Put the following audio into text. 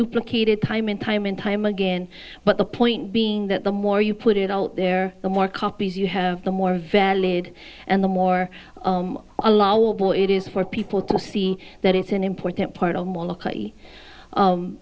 duplicated time and time and time again but the point being that the more you put it out there the more copies you have the more valid and the more allowable it is for people to see that it's an important part o